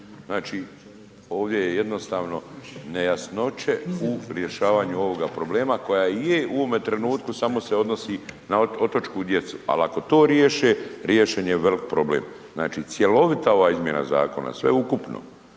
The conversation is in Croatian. Znači ovdje je jednostavno nejasnoće u rješavanju ovoga problema koja je u ovome trenutku samo se odnosi na otočku djecu, ali ako to riješe riješen je veliki problem. Znači, cjelovita ova izmjena zakona, sveukupno